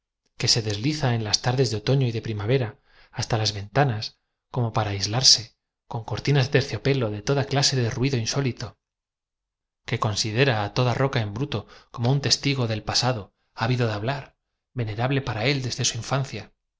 que se desliza en las tardes de otoqo y de prim avera hasta los ventanas como p ara aislarse con cortioas de terciopelo de toda clase de ruido insólito que con sidera á toda roca en bruto com o un testigo del pasa do vido de hftblar venerable para él dee de su in